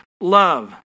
love